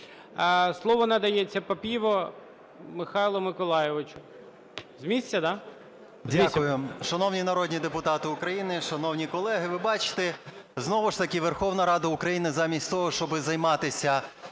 Слово надається Папієву Михайлу Миколайовичу. З місця, так?